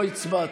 לא הצבעתי.